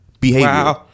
behavior